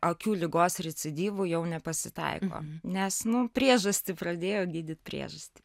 akių ligos recidyvų jau nepasitaiko nes nu priežastį pradėjo gydyt priežastį